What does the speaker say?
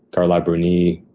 carli brunie,